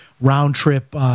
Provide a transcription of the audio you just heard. round-trip